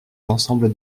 l’ensemble